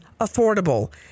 affordable